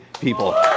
people